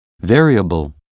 variable